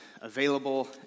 available